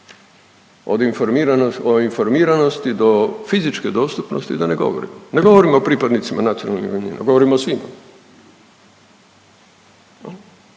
O informiranosti do fizičke dostupnosti da ne govorim. Ne govorim o pripadnicima nacionalnih manjina, govorim o svim.